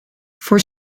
voor